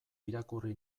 irakurri